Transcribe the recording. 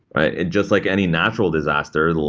ah just like any natural disaster,